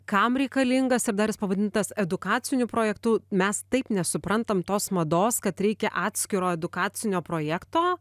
kam reikalingas ir dar jis pavadintas edukaciniu projektu mes taip nesuprantam tos mados kad reikia atskiro edukacinio projekto